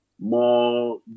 more